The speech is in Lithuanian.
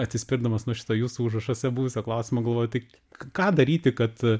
atsispirdamas nuo šito jūsų užrašuose buvusio klausimo galvojau tik ką daryti kad